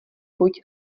pojď